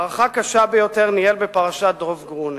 מערכה קשה ביותר ניהל הרב הרצוג בפרשת דב גרונר,